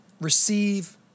Receive